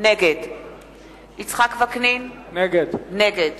נגד יצחק וקנין, נגד